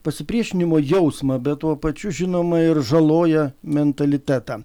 pasipriešinimo jausmą bet tuo pačiu žinoma ir žaloja mentalitetą